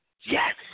Yes